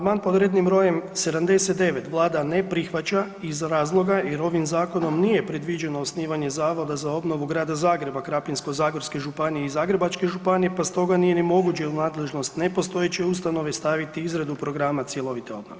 Amandman pod rednim brojem 79 Vlada ne prihvaća iz razloga jer ovim zakonom nije predviđeno osnivanje zavoda za obnovu Grada Zagreba, Krapinsko-zagorske županije i Zagrebačke županije pa stoga nije ni moguće u nadležnost nepostojeće ustanove staviti izradu programa cjelovite obnove.